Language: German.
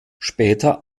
später